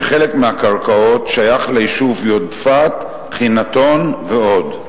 וחלק מהקרקעות שייך ליישובים יודפת, חנתון ועוד.